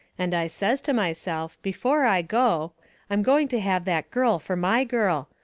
and i says to myself before i go i'm going to have that girl fur my girl,